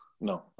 no